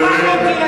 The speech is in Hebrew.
1,400 תקלות?